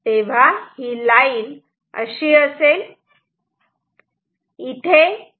तेव्हा ही लाईन अशी असेल